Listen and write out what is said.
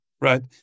right